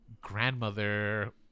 grandmother